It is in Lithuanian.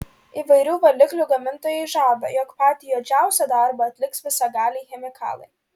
įvairių valiklių gamintojai žada jog patį juodžiausią darbą atliks visagaliai chemikalai